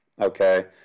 Okay